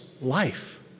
life